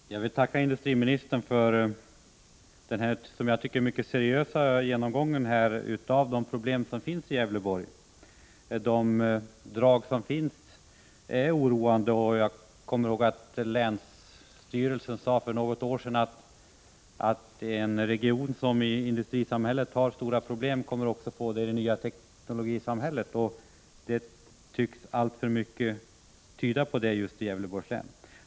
Herr talman! Jag vill tacka industriministern för en som jag tycker mycket seriös genomgång av de problem som vi har i Gävleborgs län. De drag som finns är oroande, och länsstyrelsen sade för något år sedan att en region som i industrisamhället har stora problem kommer att få det också i det nya teknologisamhället. Det tycks alltför mycket tyda på just i Gävleborgs län.